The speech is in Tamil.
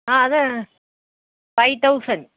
ஆ அதுதான் ஃபைவ் தௌசண்ட்